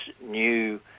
new